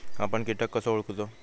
आपन कीटक कसो ओळखूचो?